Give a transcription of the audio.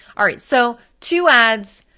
all right, so two ads,